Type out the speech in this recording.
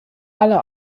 alle